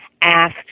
asked